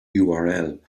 url